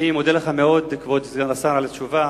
אני מודה לך מאוד, כבוד סגן השר, על התשובה.